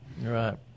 Right